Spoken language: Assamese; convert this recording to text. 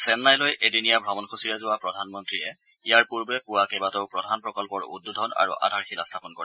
চেন্নাইলৈ এদিনীয়া ভ্ৰমণ সূচীৰে যোৱা প্ৰধানমন্ত্ৰীয়ে ইয়াৰ পূৰ্বে পুৱা কেইবাটাও প্ৰধান প্ৰকল্পৰ উদ্বোধন আৰু আধাৰশিলা স্থাপন কৰে